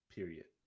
Period